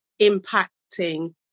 impacting